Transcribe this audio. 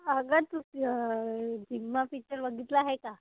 अगं तू Sigma picture बघितला आहे का